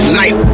night